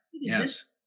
yes